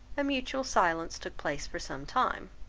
a mutual silence took place for some time.